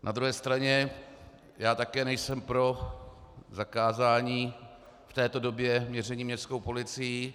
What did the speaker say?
Na druhé straně já také nejsem pro zakázání v této době měření městskou policií.